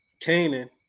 Canaan